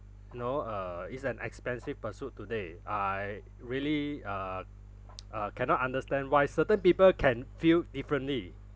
you know err is an expensive pursuit today I really uh uh cannot understand why certain people can feel differently